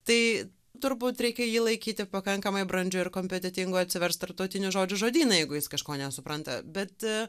tai turbūt reikia jį laikyti pakankamai brandžiu ir kompetentingu atsiverst tarptautinių žodžių žodyną jeigu jis kažko nesupranta bet